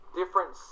different